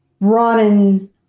broaden